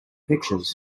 pictures